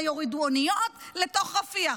וממנה יורידו אניות לתוך רפיח.